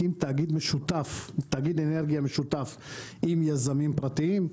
ים תאגיד אנרגיה משותף עם יזמים פרטיים.